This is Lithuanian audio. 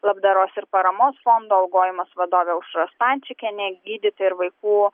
labdaros ir paramos fondo augojimas vadovė aušra stančikienė gydytoja ir vaikų